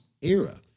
era